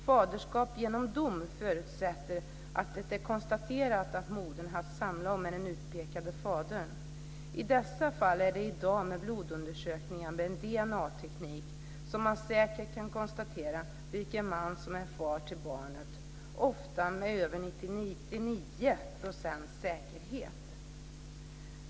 Faderskap genom dom förutsätter att det är konstaterat att modern haft samlag med den utpekade fadern. I dessa fall är det i dag med blodundersökningar med DNA-teknik som man säkert konstaterar vilken man som är far till barnet, oftast med över 99 procents säkerhet.